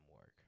work